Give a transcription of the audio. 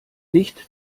nicht